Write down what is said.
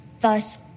thus